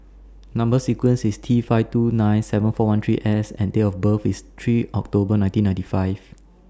Number sequence IS T five two nine seven four one three S and Date of birth IS three October nineteen ninety five